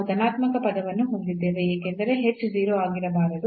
ನಾವು ಧನಾತ್ಮಕ ಪದವನ್ನು ಹೊಂದಿದ್ದೇವೆ ಏಕೆಂದರೆ h 0 ಆಗಿರಬಾರದು